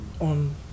on